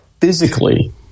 physically